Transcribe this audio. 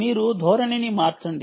మీరు ధోరణిని మార్చండి